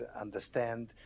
understand